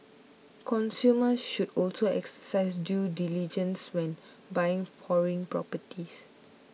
consumers should also exercise due diligence when buying foreign properties